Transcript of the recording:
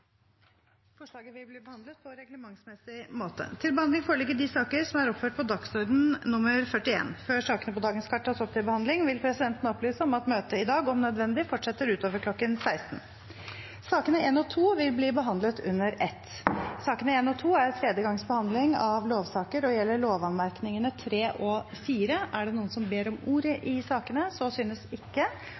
Forslaget vil bli behandlet på reglementsmessig måte. Før sakene på dagens kart tas opp til behandling, vil presidenten opplyse om at møtet i dag om nødvendig fortsetter utover kl. 16. Sakene nr. 1 og 2 vil bli behandlet under ett. Sakene nr. 1 og 2 er tredje gangs behandling av lovsaker og gjelder lovanmerkningene 3 og 4. Ingen har bedt om ordet.